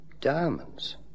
Diamonds